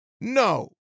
no